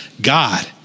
God